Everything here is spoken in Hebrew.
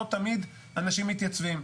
שלא תמיד אנשים מתייצבים.